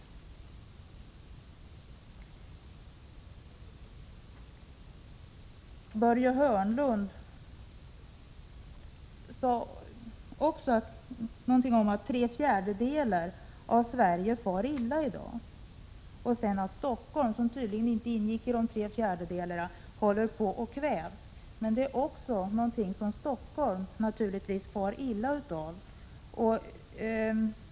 Börje Hörnlund sade något om att tre fjärdedelar av Sverige far illa i dag och att Stockholm, som tydligen inte ingick i de trefjärdedelarna, håller på att kvävas. Det är naturligtvis något som Stockholm far illa av.